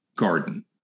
garden